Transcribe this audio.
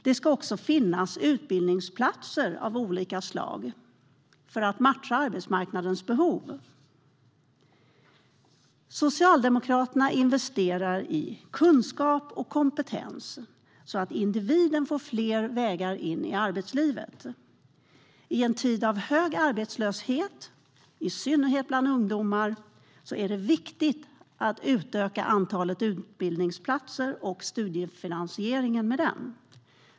Det ska också finnas utbildningsplatser av olika slag för att matcha arbetsmarknadens behov. Socialdemokraterna investerar i kunskap och kompetens så att individen får fler vägar in i arbetslivet. I en tid av hög arbetslöshet, i synnerhet bland ungdomar, är det viktigt att öka antalet utbildningsplatser och studiefinansieringen med den.